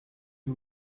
que